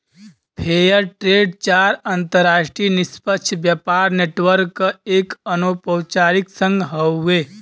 fair trade चार अंतरराष्ट्रीय निष्पक्ष व्यापार नेटवर्क क एक अनौपचारिक संघ हउवे